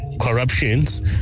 corruptions